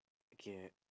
okay